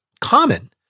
common